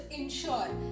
ensure